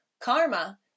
karma